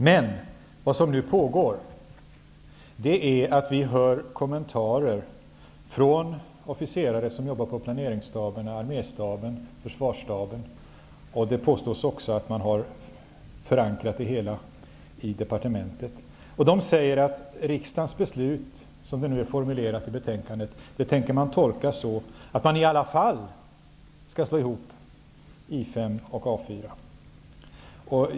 Men nu kan vi höra kommentarer från officerare som arbetar på planeringsstaberna, Arméstaben och Försvarsstaben -- det påstås också att man har förankrat det hela även i departementet. Officerarna säger att riksdagens beslut, som det är formulerat i betänkandet, kan tolkas så, att man i alla fall tänker slå ihop I 5 och A 4.